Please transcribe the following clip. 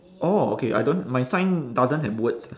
orh okay I don't my sign doesn't have words